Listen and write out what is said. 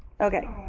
Okay